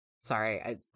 sorry